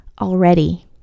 already